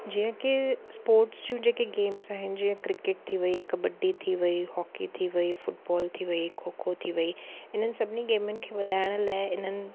जीअं कि स्पोर्ट्स जूं जेके गेम्स आहिनि जीअं क्रिकेट थी वई कबडी थी वई हॉकी थी वई फुटबॉल थी वई खो खो थी वई इन्हनि सभिनीनि गेमनि खे वधाइण लाइ इन्हनि